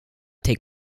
take